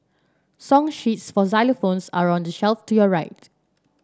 song sheets for xylophones are on the shelf to your right